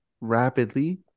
rapidly